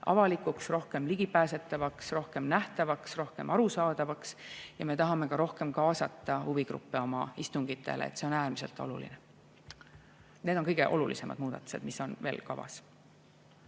avalikuks, rohkem ligipääsetavaks, rohkem nähtavaks, rohkem arusaadavaks. Ja me tahame ka huvigruppe rohkem oma istungitele kaasata, see on äärmiselt oluline. Need on kõige olulisemad muudatused, mis on veel kavas.